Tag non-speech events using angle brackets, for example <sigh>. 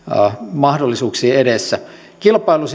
mahdollisuuksien edessä kilpailu <unintelligible>